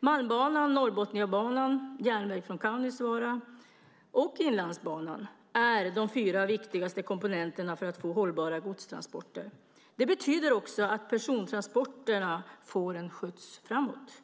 Malmbanan, Norrbotniabanan, järnväg från Kaunisvaara och Inlandsbanan är de fyra viktigaste komponenterna för att få hållbara godstransporter. Det betyder också att persontransporterna får en skjuts framåt.